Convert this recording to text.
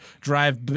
drive